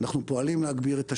אנחנו פועלים להגביר את השקיפות,